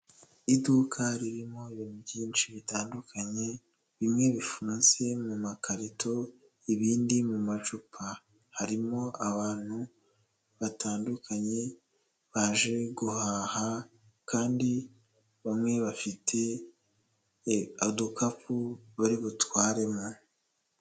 Iduka ririmo ibintu byinshi bitandukanye, bimwe bifunze mu makarito, ibindi mu macupa. Harimo abantu batandukanye baje guhaha kandi bamwe bafite udukapu bari butwaremo.